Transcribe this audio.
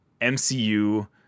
MCU